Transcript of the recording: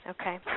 Okay